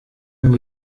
ngo